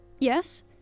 Yes